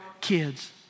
kids